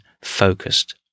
focused